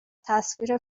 تصویر